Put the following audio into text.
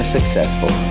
successful